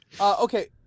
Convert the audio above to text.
Okay